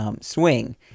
swing